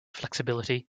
flexibility